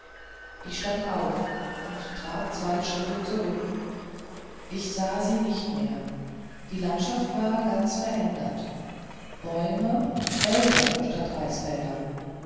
ich stand auf und trat zwei schritte zurück ich sah sie nicht mehr die landschaft war ganz verändert bäume wälder statt der reisfelder